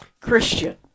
Christian